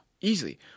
Easily